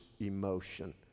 emotion